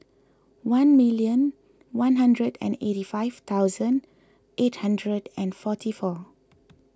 one million one hundred and eighty five thousand eight hundred and forty four